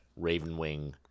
Ravenwing